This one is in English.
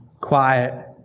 quiet